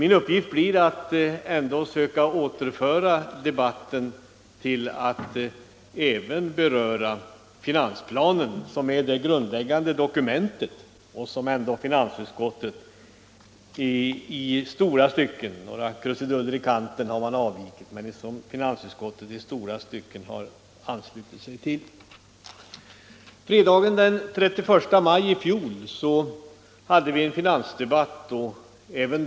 Min uppgift blir att söka återföra debatten till att redogöra för finansplanen, som dock är det grundläggande dokumentet och som finansutskottet i stora stycken ansluter sig till — bara med några korrigeringar i kanten har man avvikit från den. Fredagen den 31 maj i fjol hade vi den senaste finansdebatten här i kammaren.